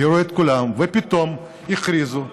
העירו את כולם ופתאום הכריזו שאנחנו,